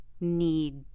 need